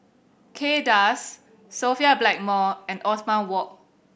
Kay Das Sophia Blackmore and Othman Wok